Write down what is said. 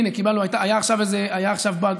הינה, היה עכשיו באג.